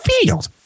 field